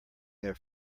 their